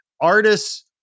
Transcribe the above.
artists